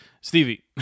Stevie